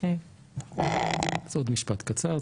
אני רוצה עוד משפט קצר.